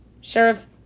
Sheriff